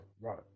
Right